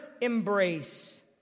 embrace